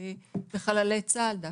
בחללי צה"ל דווקא,